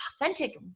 authentic